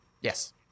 Yes